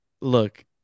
look